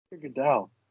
Goodell